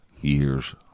years